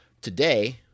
today